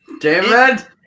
David